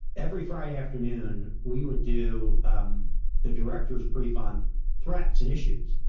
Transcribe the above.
every friday afternoon, we would do um the director's brief on threats and issues.